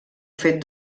fet